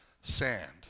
sand